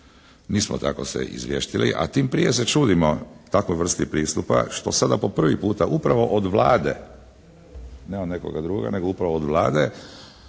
Mi smo tako se izvještili. A tim prije se čudimo takvoj vrsti pristupa što sada po prvi puta upravo od Vlade, ne od nekoga drugoga nego upravo od Vlade,